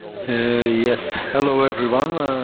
yes, hello, everyone.